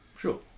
Sure